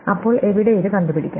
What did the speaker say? അപ്പോൾ എവിടെ ഇത് കണ്ടുപിടിക്കാം